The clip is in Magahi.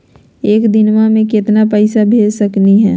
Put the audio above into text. एक दिनवा मे केतना पैसवा भेज सकली हे?